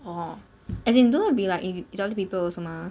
orh as in don't need be like i~ idiotic people also mah